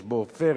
יש בו עופרת,